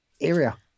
area